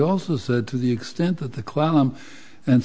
also said to the extent that the